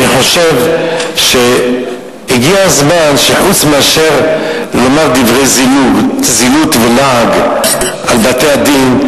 אני חושב שהגיע הזמן שחוץ מאשר לומר דברי זילות ולעג על בתי-הדין,